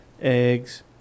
eggs